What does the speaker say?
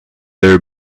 their